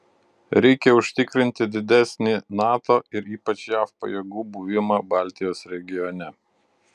reikia užtikrinti didesnį nato ir ypač jav pajėgų buvimą baltijos regione